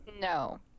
No